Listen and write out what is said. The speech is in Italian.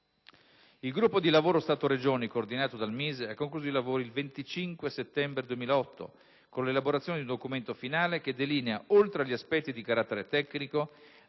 Il gruppo di lavoro Stato-Regioni, coordinato dal Ministero dello sviluppo economico, ha concluso i lavori il 25 settembre 2008, con l'elaborazione di un documento finale che delinea, oltre agli aspetti di carattere tecnico,